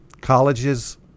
Colleges